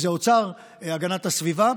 האוצר והגנת הסביבה,